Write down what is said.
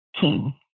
king